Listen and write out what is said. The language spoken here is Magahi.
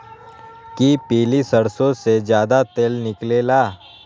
कि पीली सरसों से ज्यादा तेल निकले ला?